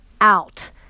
out